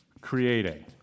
creating